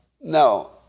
No